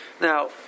Now